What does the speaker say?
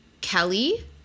Kelly